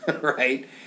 right